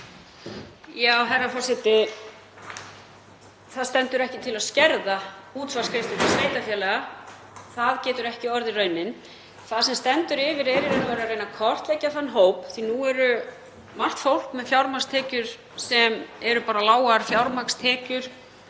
Herra forseti. Það stendur ekki til að skerða útsvarsgreiðslur til sveitarfélaga. Það getur ekki orðið raunin. Það sem stendur yfir er í raun og veru að reyna að kortleggja þann hóp því að nú er margt fólk með fjármagnstekjur sem eru bara lágar fjármagnstekjur,